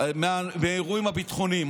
באירועים הביטחוניים.